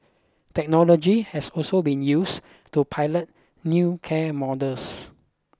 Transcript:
technology has also been used to pilot new care models